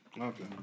Okay